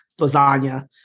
lasagna